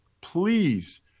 Please